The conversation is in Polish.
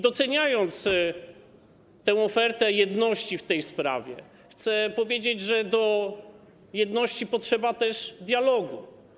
Doceniając ofertę jedności w tej sprawie, chcę powiedzieć, że do jedności potrzeba też dialogu.